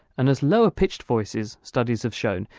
and as lower pitched voices, studies have shown,